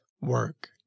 work